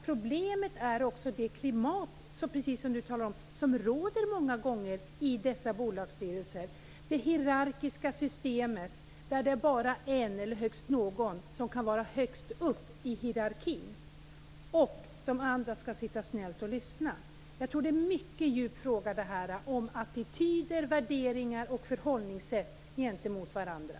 Problemet är också det klimat som många gånger råder i dessa bolagsstyrelser, det hierarkiska systemet där det bara är en som kan vara högst upp i hierarkin medan de andra skall sitta snällt och lyssna. Detta är en stor fråga om attityder, värderingar och förhållningssätt gentemot varandra.